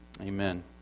Amen